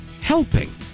helping